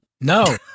No